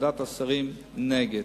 ועדת השרים, היא נגד.